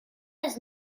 his